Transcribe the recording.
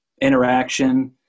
interaction